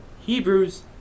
Hebrews